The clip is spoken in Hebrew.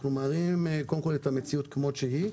אנחנו מראים את המציאות כפי שהיא.